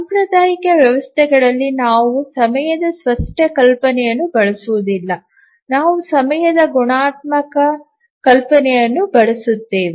ಸಾಂಪ್ರದಾಯಿಕ ವ್ಯವಸ್ಥೆಗಳಲ್ಲಿ ನಾವು ಸಮಯದ ಸ್ಪಷ್ಟ ಕಲ್ಪನೆಯನ್ನು ಬಳಸುವುದಿಲ್ಲ ನಾವು ಸಮಯದ ಗುಣಾತ್ಮಕ ಕಲ್ಪನೆಯನ್ನು ಬಳಸುತ್ತೇವೆ